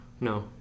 No